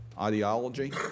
ideology